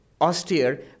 austere